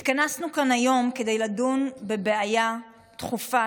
התכנסנו כאן היום כדי לדון בבעיה דחופה